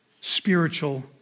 spiritual